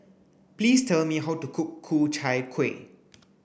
please tell me how to cook Ku Chai Kuih